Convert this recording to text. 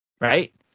right